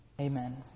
Amen